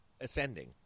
ascending